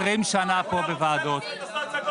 מגיעים לשלב הזה שאנשים מקבלים את מה שהם צריכים לקבל,